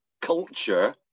culture